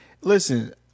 Listen